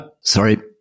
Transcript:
Sorry